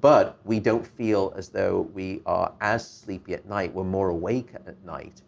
but we don't feel as though we are as sleepy at night. we're more awake at night